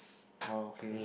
oh okay